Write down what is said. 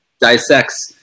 dissects